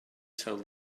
told